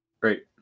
Great